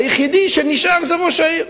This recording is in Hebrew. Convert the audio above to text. היחידי שנשאר זה ראש העיר.